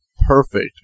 perfect